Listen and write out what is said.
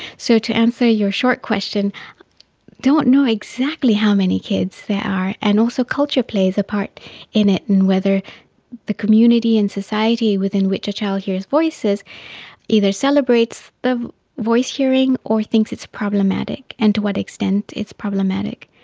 so to answer your short question, i don't know exactly how many kids there are, and also culture plays a part in it and whether the community and society within which a child hears voices either celebrates the voice hearing or thinks it's problematic, and to what extent it's problematic.